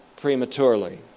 prematurely